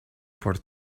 por